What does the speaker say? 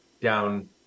down